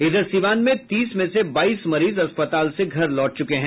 इधर सीवान में तीस में से बाईस मरीज अस्पताल से घर लौट चुके हैं